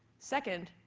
second,